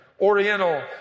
Oriental